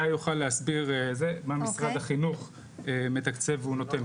גיא יוכל להסביר מה משרד החינוך מתקצב ונותן.